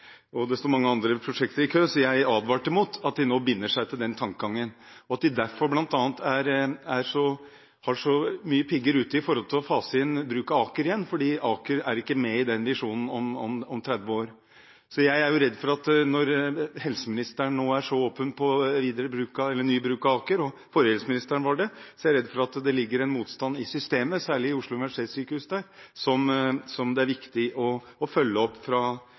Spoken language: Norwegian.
ved. Det står mange andre prosjekter i kø, så jeg advarte jo mot at de nå binder seg til den tankegangen – og at de bl.a. derfor har mange pigger ute når det gjelder å fase inn bruk av Aker igjen, fordi Aker ikke er med i den visjonen om 30 år. Så er jeg – når helseministeren er, og den forrige helseministeren var, så åpen på ny bruk av Aker – redd for at det ligger en motstand i systemet, særlig i Oslo universitetssykehus, som det er viktig å følge opp